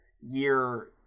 year